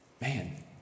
Man